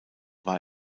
war